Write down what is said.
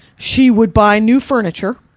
she would buy new furniture,